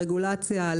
רגולציה,